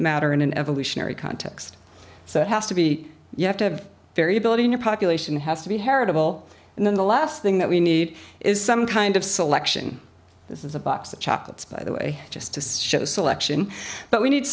matter in an evolutionary context so it has to be you have to have variability in your population has to be heritable and then the last thing that we need is some kind of selection this is a box of chocolates by the way just to show selection but we need